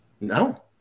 No